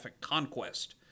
conquest